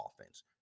offense